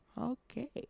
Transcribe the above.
Okay